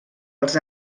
els